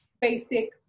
basic